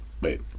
Wait